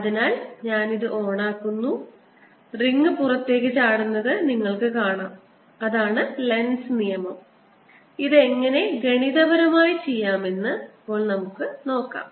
അതിനാൽ ഞാൻ ഇത് ഓണാക്കും റിംഗ് പുറത്തേക്ക് ചാടുന്നത് നിങ്ങൾക്ക് കാണാം അതാണ് ലെൻസ് നിയമം ഇത് എങ്ങനെ ഗണിതപരമായി ചെയ്യാമെന്ന് ഇപ്പോൾ നമുക്ക് നോക്കാം